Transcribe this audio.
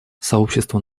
сообщество